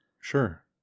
Sure